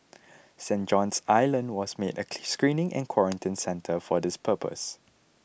Saint John's Island was made a screening and quarantine centre for this purpose